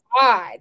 god